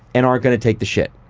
and aren't gonna take the shit.